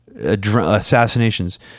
assassinations